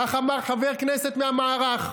כך אמר חבר כנסת מהמערך.